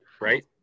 right